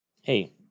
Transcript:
Hey